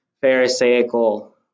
Pharisaical